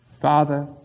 Father